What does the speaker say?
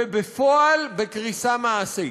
ובפועל בקריסה מעשית.